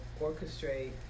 orchestrate